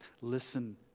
Listen